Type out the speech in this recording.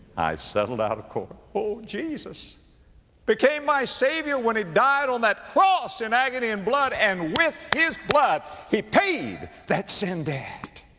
i settled out of court. oh, jesus became my savior when he died on that cross in agony and blood and with his blood he paid that sin debt.